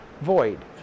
void